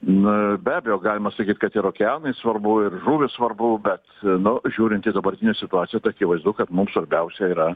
na be abejo galima sakyt kad ir okeanai svarbu ir žuvys svarbu bet nu žiūrint į dabartinę situaciją tai akivaizdu kad mums svarbiausia yra